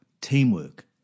teamwork